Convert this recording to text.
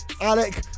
alec